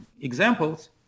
examples